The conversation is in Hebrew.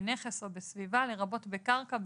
בנכס או בסביבה לרבות בקרקע,